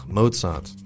Mozart